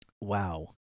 Wow